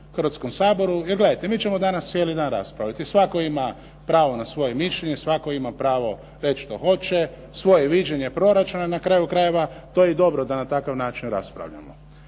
Hrvatskom saboru. Jer gledajte, mi ćemo danas cijeli dan raspravljati i svatko ima pravo na svoje mišljenje i svatko ima pravo reći što hoće, svoje viđenje proračuna i na kraju krajeva to je i dobro da na takav način raspravljamo.